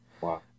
Wow